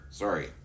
sorry